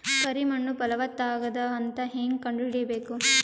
ಕರಿ ಮಣ್ಣು ಫಲವತ್ತಾಗದ ಅಂತ ಹೇಂಗ ಕಂಡುಹಿಡಿಬೇಕು?